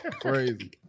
Crazy